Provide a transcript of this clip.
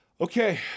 Okay